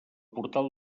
portal